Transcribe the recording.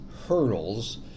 hurdles